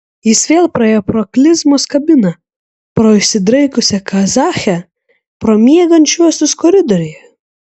jis vėl praėjo pro klizmos kabiną pro išsidraikiusią kazachę pro miegančiuosius koridoriuje